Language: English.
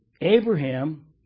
Abraham